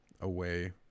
away